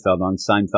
seinfeld